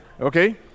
Okay